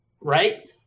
Right